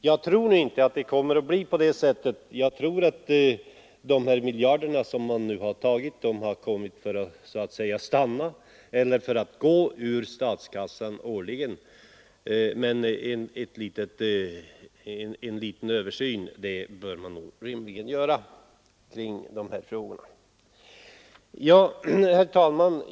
Nu tror jag inte att det blir på det sättet utan jag tror att dessa miljarder årligen kommer att tas ur statskassan. Men en liten översyn bör man rimligen göra kring dessa frågor. Herr talman!